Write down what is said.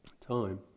time